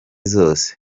zose